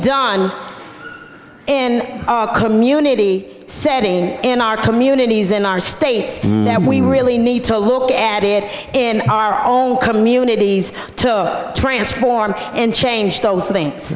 done in our community setting in our communities in our states that we really need to look at it in our own communities to transform and change those things